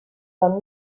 durant